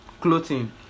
clothing